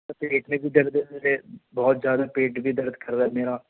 سر پیٹ میں بھی درد ہے بہت زیادہ پیٹ بھی درد کر رہا ہے میرا